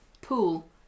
pool